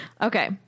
okay